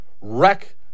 wreck